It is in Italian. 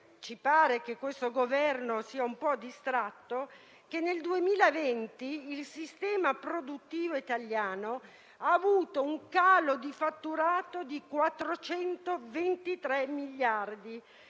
ci pare che questo Governo sia un po' distratto - che nel 2020 il sistema produttivo italiano ha avuto un calo di fatturato di 423 miliardi,